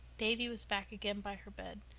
davy was back again by her bed.